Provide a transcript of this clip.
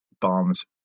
Barnes